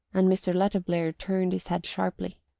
and mr. letterblair turned his head sharply.